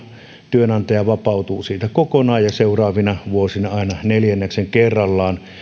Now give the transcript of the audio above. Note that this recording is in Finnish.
työnantaja vapautuu siitä kokonaan ja seuraavina vuosina aina neljänneksen kerrallaan